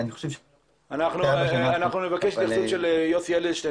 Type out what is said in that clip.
אנחנו נבקש התייחסות של יוסף אדלשטיין,